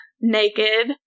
naked